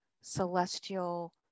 celestial